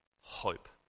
hope